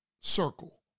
circle